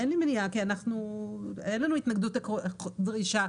אין לנו התנגדות עקרונית,